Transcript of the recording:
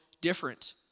different